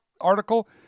article